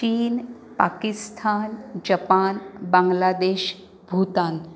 चीन पाकिस्थान जपान बांग्लादेश भूतान